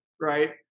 right